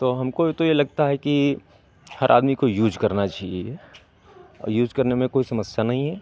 तो हमको ये तो ये लगता है कि हर आदमी को यूज़ करना चाहिए ये और यूज़ करने में कोई समस्या नहीं है